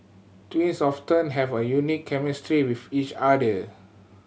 twins often have a unique chemistry with each other